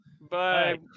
Bye